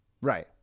right